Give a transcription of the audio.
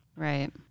Right